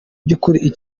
by’ukuri